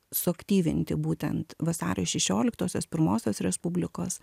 suaktyvinti būtent vasario šešioliktosios pirmosios respublikos